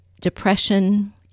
depression